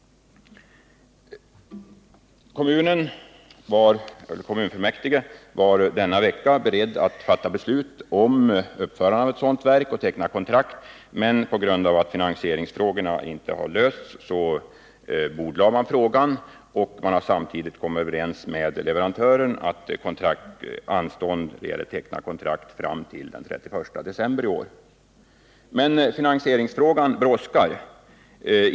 Kommunfullmäktige var denna vecka beredd fatta beslut om uppförande av ett sådant verk och teckna kontrakt, men på grund av att finansieringsfrågan inte lösts, bordlade man ärendet och kom överens med leverantören om uppskov med tecknande av kontrakt fram till senast den 31 december i år. Finansieringsfrågan brådskar.